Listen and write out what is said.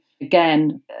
again